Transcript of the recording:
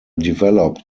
developed